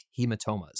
hematomas